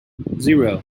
zero